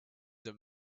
them